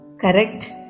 Correct